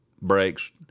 breaks